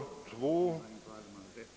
I övrigt yrkar jag bifall till utskottets hemställan.